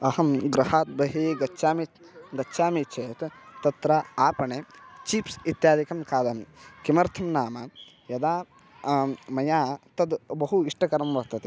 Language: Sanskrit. अहं गृहात् बहिः गच्छामि गच्छामि चेत् तत्र आपणे चीप्स् इत्यादिकं खादामि किमर्थं नाम यदा मया तद् बहु इष्टकरं वर्तते